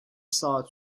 saat